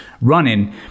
Running